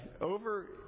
over